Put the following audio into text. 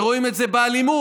ורואים את זה באלימות,